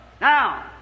Now